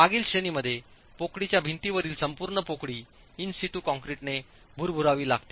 मागील श्रेणीमध्ये पोकळीच्या भिंतीवरील संपूर्ण पोकळी इन सीटू कॉन्क्रिट ने भुरभुरावी लागते